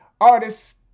artists